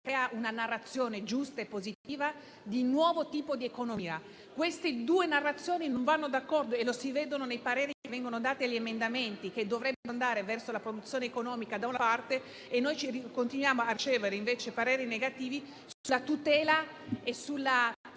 crea una narrazione giusta e positiva di un nuovo tipo di economia. Queste due narrazioni non vanno d'accordo e lo si vede nei pareri dati sugli emendamenti, che dovrebbero andare verso la produzione economica, da una parte, mentre continuiamo a ricevere pareri negativi sulla tutela e sulla